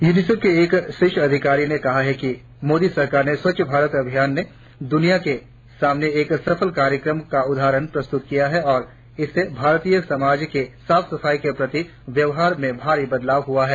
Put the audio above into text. UNICEF के एक शीर्ष अधिकारी ने कहा है कि मोदी सरकार के स्वच्छ भारत अभियान ने दुनिया के सामने एक सफल कार्यक्रम का उदाहरण प्रस्तुत किया है और इससे भारतीय समाज के साफ सफाई के प्रति व्यवहार में भारी बदलाव हुआ है